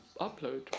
upload